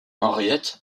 henriette